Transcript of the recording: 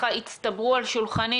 הצטברו על שולחני